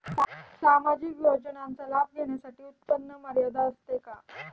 सामाजिक योजनांचा लाभ घेण्यासाठी उत्पन्न मर्यादा असते का?